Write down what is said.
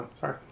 Sorry